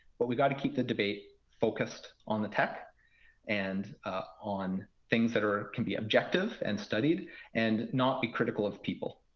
but we got to keep the debate focused on the tech and on things that can be objective and studied and not be critical of people.